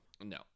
No